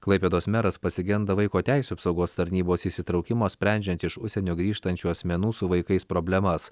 klaipėdos meras pasigenda vaiko teisių apsaugos tarnybos įsitraukimo sprendžiant iš užsienio grįžtančių asmenų su vaikais problemas